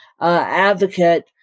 advocate